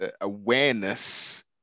Awareness